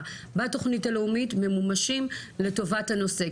בתוכנית הלאומית ממומשים לטובת הנושא?